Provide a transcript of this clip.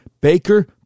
Baker